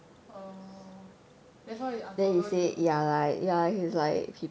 oh that's why he unfollow you